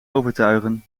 overtuigen